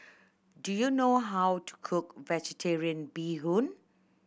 do you know how to cook Vegetarian Bee Hoon